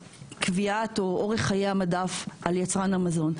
קביעת או אורך חיי המדף על יצרן המזון.